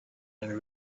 then